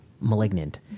Malignant